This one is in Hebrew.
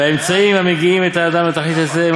והאמצעים המגיעים את האדם לתכלית הזה הם